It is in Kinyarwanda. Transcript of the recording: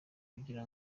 kugira